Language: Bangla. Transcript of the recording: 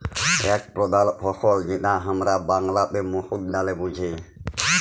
এক প্রধাল ফসল যেটা হামরা বাংলাতে মসুর ডালে বুঝি